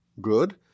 good